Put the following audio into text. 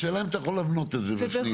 השאלה אם אתה יכול להבנות את זה בפנים,